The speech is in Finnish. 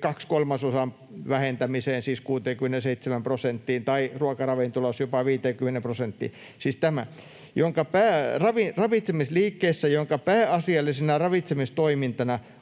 kahden kolmasosan vähentämiseen, siis 67 prosenttiin, tai ruokaravintoloissa jopa 50 prosenttiin — ”ravitsemisliikkeessä, jonka pääasiallisena ravitsemistoimintana on